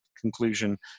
conclusion